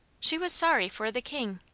she was sorry for the king!